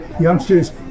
youngsters